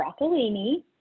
broccolini